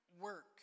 work